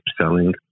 selling